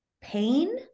pain